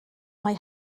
mae